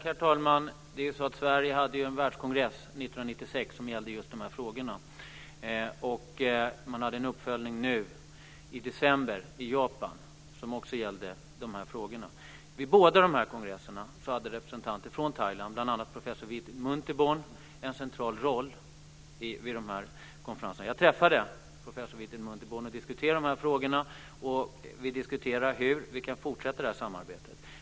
Herr talman! Sverige hade en världskongress 1996 som gällde just de här frågorna. Det gjordes en uppföljning nu i december i Japan, som också gällde dessa frågor. Vid båda dessa kongresser spelade representanter från Thailand, bl.a. professor Vitit Muntarbhorn, en central roll. Jag träffade professor Muntarbhorn och diskuterade de här frågorna. Vi diskuterade hur vi kan fortsätta samarbetet.